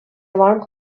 alarm